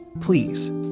Please